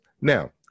now